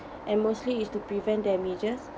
and mostly is to prevent damages